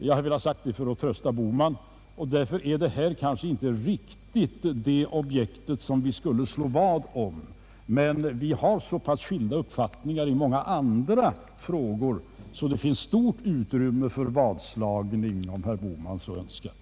Jag vill ha sagt detta för att trösta herr Bohman. Detta är kanske inte riktigt det objekt som vi skulle slå vad om, men vi har så pass skilda uppfattningar i många andra frågor, så det finns stort utrymme för vadslagning, om herr Bohman så önskar.